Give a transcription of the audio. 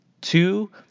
Two